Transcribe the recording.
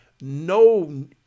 no